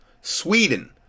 Sweden